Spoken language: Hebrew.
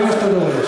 זה מה שאתה דורש.